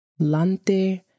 lante